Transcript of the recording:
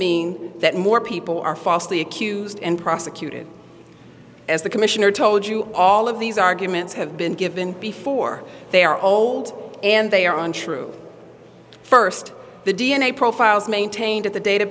mean that more people are falsely accused and prosecuted as the commissioner told you all of these arguments have been given before they are old and they are untrue first the d n a profiles maintained at the data